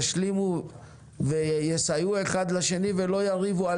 ישלימו ויסייעו אחד לשני ולא יריבו על